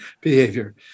behavior